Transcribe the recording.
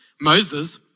Moses